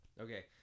Okay